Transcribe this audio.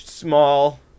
small